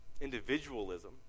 individualism